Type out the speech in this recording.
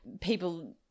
people –